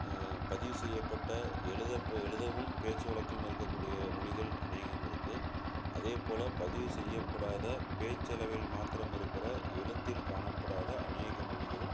பதிவு செய்யப்பட்ட எழுத பு எழுதவும் பேச்சு வழக்கம் இருக்கக்கூடிய மொழிகள் அனேகம் இருக்குது அதேப்போல் பதிவு செய்யப்படாத பேச்சளவில் மாத்திரம் இருக்கிற எழுத்தில் காணப்படாத அனேக மொழிகளும்